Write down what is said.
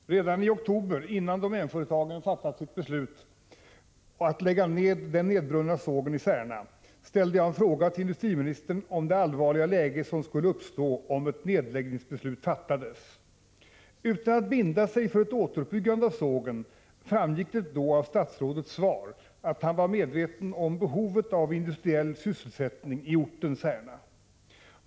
Herr talman! Redan i oktober innan domänföretagen fattade sitt beslut att lägga ned den nedbrunna sågen i Särna ställde jag en fråga till industriministern om det allvarliga läge som skulle uppstå om ett nedläggningsbeslut fattades. Utan att statsrådet band sig för ett återuppbyggande framgick det då av hans svar att han var medveten om behovet av industriell sysselsättning i orten Särna.